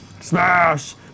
Smash